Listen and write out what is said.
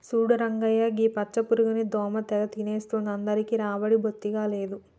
చూడు రంగయ్య గీ పచ్చ పురుగుని దోమ తెగ తినేస్తుంది అందరికీ రాబడి బొత్తిగా లేదు